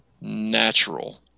natural